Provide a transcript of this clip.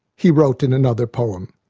he wrote in another poem.